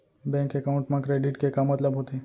Bank account मा credit के का मतलब होथे?